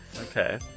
Okay